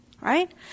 Right